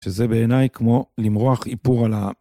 שזה בעיני כמו למרוח איפור על ה...